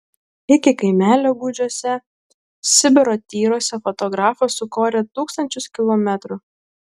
iki kaimelio gūdžiuose sibiro tyruose fotografas sukorė tūkstančius kilometrų